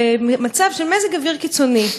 במצב של מזג אוויר קיצוני,